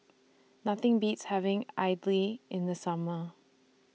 Nothing Beats having Idly in The Summer